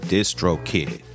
DistroKid